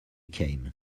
came